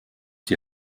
die